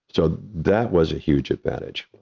so that was a huge advantage.